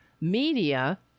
media